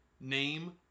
Name